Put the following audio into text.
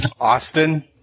Austin